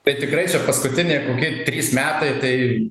tai tikrai čia paskutiniai kokie trys metai tai